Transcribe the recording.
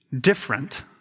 different